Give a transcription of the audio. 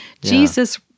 Jesus